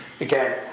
Again